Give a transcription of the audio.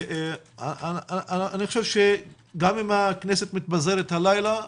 גם אם הכנסת מתפזרת הלילה,